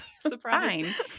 Surprise